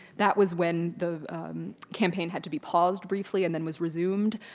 that was when the campaign had to be paused briefly and then was resumed,